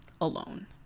alone